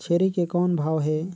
छेरी के कौन भाव हे?